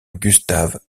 gustave